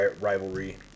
rivalry